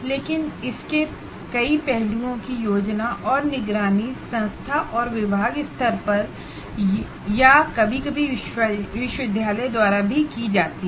लेकिन इसके कई पहलुओं की योजना और निगरानीसंस्था और विभाग स्तर पर या कभी कभी विश्वविद्यालय द्वारा भी की जाती है